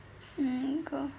mm